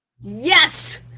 Yes